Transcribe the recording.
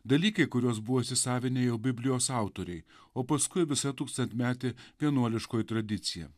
dalykai kuriuos buvo įsisavinę jau biblijos autoriai o paskui visa tūkstantmetė vienuoliškoji tradicija